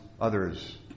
others